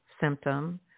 symptom